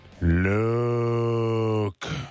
Luke